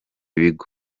bigo